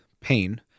pain